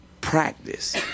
practice